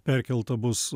perkelta bus